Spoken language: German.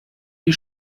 die